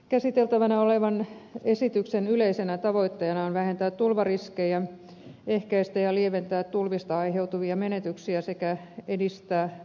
käsiteltävänä olevan esityksen yleisenä tavoitteena on vähentää tulvariskejä ehkäistä ja lieventää tulvista aiheutuvia menetyksiä sekä edistää varautumista tulviin